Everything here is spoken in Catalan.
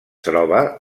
troba